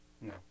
No